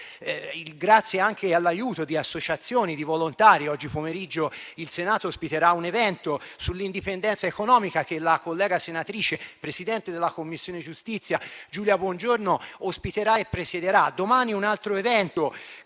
grazie anche all'aiuto di associazioni di volontari, oggi pomeriggio il Senato ospiterà un evento sull'indipendenza economica, che la collega senatrice, presidente della Commissione giustizia, Giulia Bongiorno, ospiterà e presiederà. Domani avrà luogo